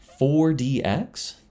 4DX